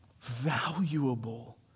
valuable